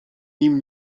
nim